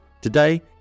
today